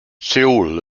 seoul